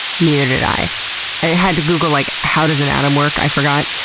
neither did i. i had to google like how does an atom work. i forgot.